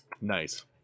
Nice